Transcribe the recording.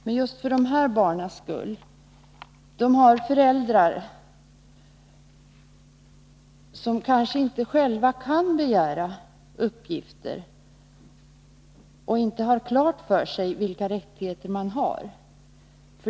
Men just dessa barn kanske har föräldrar, som inte kan begära uppgifter och inte har klart för sig vilka rättigheter de har.